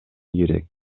керек